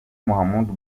muhammadu